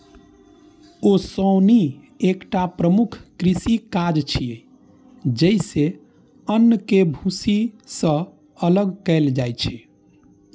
ओसौनी एकटा प्रमुख कृषि काज छियै, जइसे अन्न कें भूसी सं अलग कैल जाइ छै